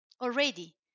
already